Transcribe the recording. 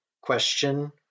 Question